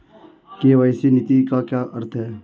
KYC नीति का क्या अर्थ है?